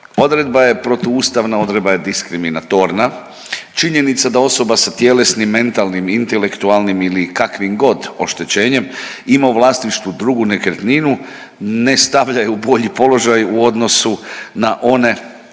odredba je protuustavna, odredba je diskriminatorna. Činjenica da osoba sa tjelesnim, mentalnim, intelektualnim ili kakvim god oštećenjem ima u vlasništvu drugu nekretninu ne stavlja ju u bolji položaj u odnosu na one